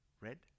Red